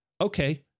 Okay